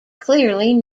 clearly